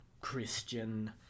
Christian